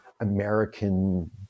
American